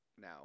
now